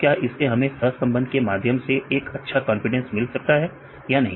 तो क्या इससे हमें सह संबंध के माध्यम से एक अच्छा कॉन्फिडेंस मिल सकता है या नहीं